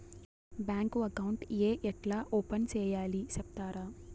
Bank account ఏ ఎట్లా open సేయాలి సెప్తారా?